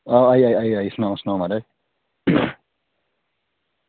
आई आई सनाओ म्हाराज